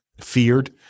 feared